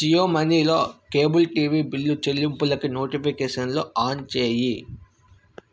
జియో మనీలో cable TV bill చెల్లింపులకి నోటిఫికేషన్లు ఆన్ చేయి